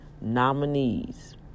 Nominees